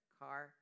car